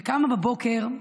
וקמה בבוקר,